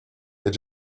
they